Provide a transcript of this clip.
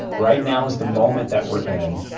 right now is the moment that we're in.